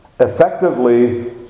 Effectively